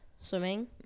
Swimming